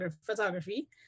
photography